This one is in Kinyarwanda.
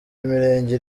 imirenge